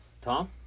Tom